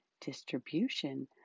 distribution